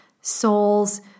souls